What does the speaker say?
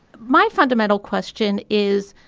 my fundamental question is